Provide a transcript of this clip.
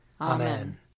Amen